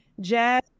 Jazz